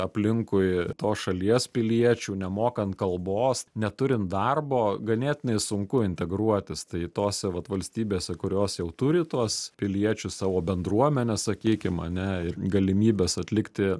aplinkui tos šalies piliečių nemokant kalbos neturint darbo ganėtinai sunku integruotis tai tose vat valstybėse kurios jau turi tuos piliečius savo bendruomenę sakykim ane ir galimybes atlikti